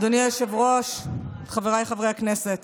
אדוני היושב-ראש, חבריי חברי הכנסת,